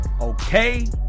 okay